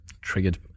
triggered